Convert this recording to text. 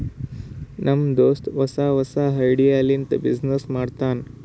ನಮ್ ದೋಸ್ತ ಹೊಸಾ ಹೊಸಾ ಐಡಿಯಾ ಲಿಂತ ಬಿಸಿನ್ನೆಸ್ ಮಾಡ್ತಾನ್